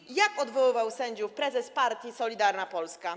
I jak odwoływał sędziów prezes partii Solidarna Polska?